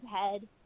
head